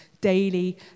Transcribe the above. daily